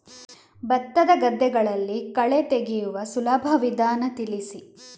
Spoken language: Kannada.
ಭತ್ತದ ಗದ್ದೆಗಳಲ್ಲಿ ಕಳೆ ತೆಗೆಯುವ ಸುಲಭ ವಿಧಾನ ತಿಳಿಸಿ?